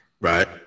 right